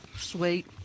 sweet